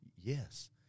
Yes